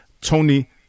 Tony